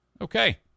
Okay